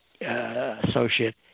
associate